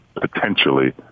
potentially